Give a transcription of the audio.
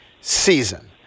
season